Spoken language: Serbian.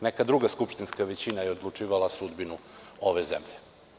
Neka druga skupštinska većina je odlučivala sudbinu ove zemlje.